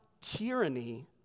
tyranny